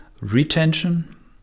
retention